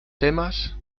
temas